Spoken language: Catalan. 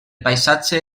paisatge